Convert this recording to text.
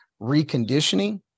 reconditioning